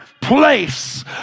place